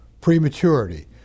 prematurity